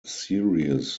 series